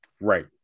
Right